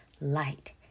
light